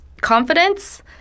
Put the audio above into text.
confidence